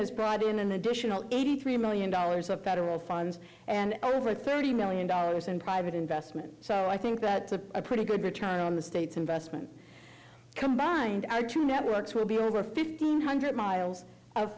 has brought in an additional eighty three million dollars of federal funds and over thirty million dollars in private investment so i think that's a pretty good return on the state's investment combined our two networks will be over fifteen hundred miles